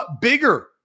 bigger